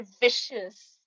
vicious